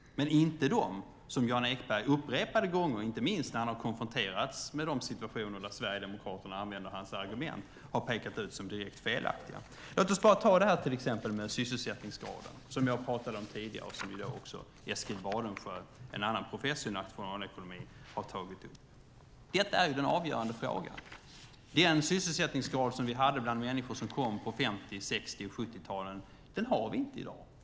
Jan Ekberg har upprepade gånger, inte minst när han har konfronterats med de situationer där Sverigedemokraterna använder hans argument, pekat ut de resonemangen som direkt felaktiga. Låt oss till exempel ta detta med sysselsättningsgraden som jag talade om tidigare och som också Eskil Wadensjö, en annan professor i nationalekonomi, har tagit upp. Detta är den avgörande frågan. Den sysselsättningsgrad som vi hade bland människor som kom på 50-, 60 och 70-talen har vi inte i dag.